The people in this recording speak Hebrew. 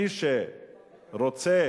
מי שרוצה